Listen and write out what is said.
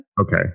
okay